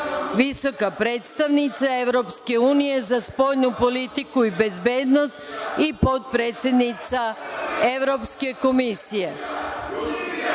visoka predstavnica EU za spoljnu politiku i bezbednost i potpredsednica Evropske komisije. Čast